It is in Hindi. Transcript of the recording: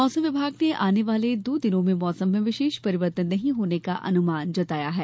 मौसम विभाग ने आने वाले दो दिनों में मौसम में विशेष परिवर्तन नहीं होने का अनुमान जताया है